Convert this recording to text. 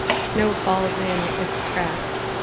snow falls in its tracks.